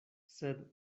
sed